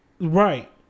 right